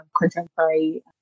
contemporary